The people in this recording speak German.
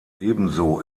ebenso